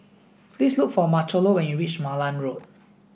please look for Marchello when you reach Malan Road